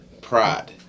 pride